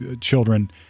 children